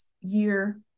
year